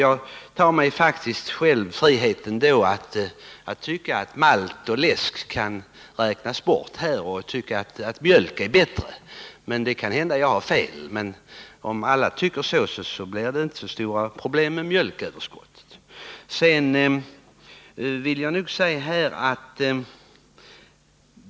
Jag tar mig själv friheten att tycka att malt och läsk kan räknas bort till fördel för mjölken, som är bättre. Det kan hända att jag har fel, men om alla tyckte så skulle det inte bli så stora problem med mjölköverskottet.